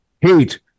hate